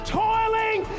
toiling